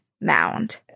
mound